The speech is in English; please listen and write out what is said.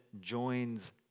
joins